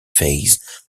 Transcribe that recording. phase